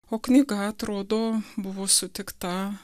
o knyga atrodo buvo sutikta